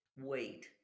wait